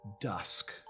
dusk